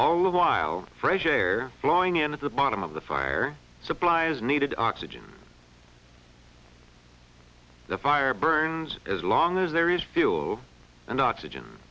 all the while fresh air blowing in at the bottom of the fire supplies needed oxygen the fire burns as long as there is fuel and oxygen